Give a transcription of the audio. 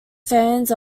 fans